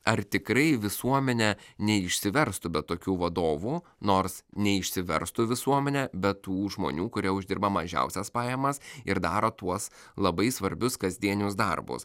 ar tikrai visuomenė neišsiverstų be tokių vadovų nors neišsiverstų visuomenė be tų žmonių kurie uždirba mažiausias pajamas ir daro tuos labai svarbius kasdienius darbus